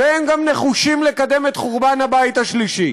והם גם נחושים לקדם את חורבן הבית השלישי.